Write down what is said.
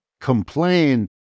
complain